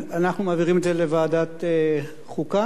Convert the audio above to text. אנחנו מעבירים את זה לוועדת החוקה?